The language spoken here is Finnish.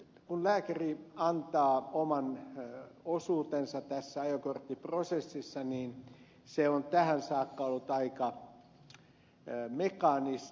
kun lääkäri antaa oman osuutensa tässä ajokorttiprosessissa se on tähän saakka ollut aika mekaanista